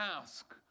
ask